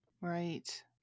Right